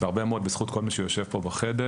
והרבה מאוד בזכות כל מי שיושב פה בחדר.